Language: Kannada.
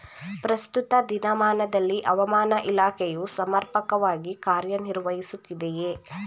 ಪ್ರಸ್ತುತ ದಿನಮಾನದಲ್ಲಿ ಹವಾಮಾನ ಇಲಾಖೆಯು ಸಮರ್ಪಕವಾಗಿ ಕಾರ್ಯ ನಿರ್ವಹಿಸುತ್ತಿದೆಯೇ?